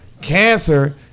cancer